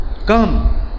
come